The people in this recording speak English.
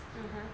(uh huh)